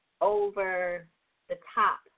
over-the-top